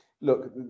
look